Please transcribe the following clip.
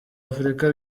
afurika